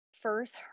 first